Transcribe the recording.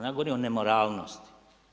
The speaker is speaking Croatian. Ja govorim o nemoralnosti.